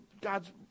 God's